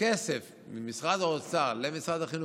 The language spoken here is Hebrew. הכסף ממשרד האוצר למשרד החינוך,